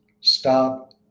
Stop